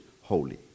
holy